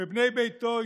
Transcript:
ובני ביתו,